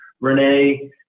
Renee